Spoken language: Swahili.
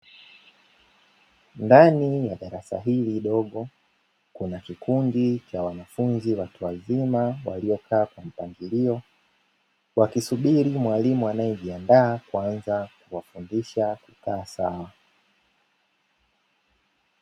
Ndani ya darasa hili dogo kuna kikundi cha wanafunzi watu wazima waliokaa kwa mpangilio, wakisubiri mwalimu anayejiandaa kuanza kuwafundisha kukaa sawa.